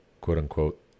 quote-unquote